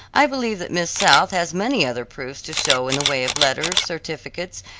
i believe that miss south has many other proofs to show in the way of letters, certificates,